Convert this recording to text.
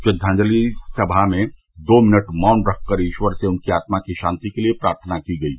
श्रद्वांजलि सभा में दो मिनट का मौन रखकर ईश्वर से उनकी आत्मा की शान्ति के लिये प्रार्थना की गयी